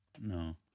No